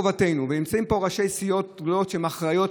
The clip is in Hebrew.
נמצאים פה ראשי סיעות גדולות שהן אחראיות,